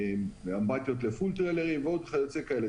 אמבטיות לפולטרלרים ועוד כיוצא באלה,